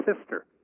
sister